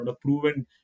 proven